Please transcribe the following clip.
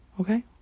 okay